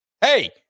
hey